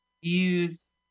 Use